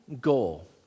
goal